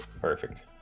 perfect